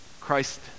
Christ